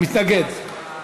הוא מתנגד.